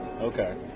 okay